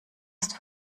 ist